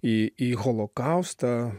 į į holokaustą